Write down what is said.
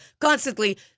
Constantly